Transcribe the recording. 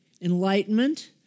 Enlightenment